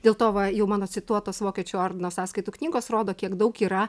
dėl to va jau mano cituotos vokiečių ordino sąskaitų knygos rodo kiek daug yra